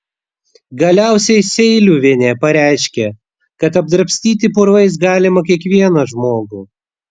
galiausiai seiliuvienė pareiškė kad apdrabstyti purvais galima kiekvieną žmogų